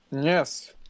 Yes